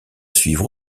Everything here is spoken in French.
suivre